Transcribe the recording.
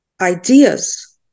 ideas